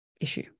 issue